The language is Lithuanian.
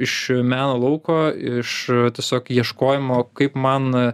iš meno lauko iš tiesiog ieškojimo kaip man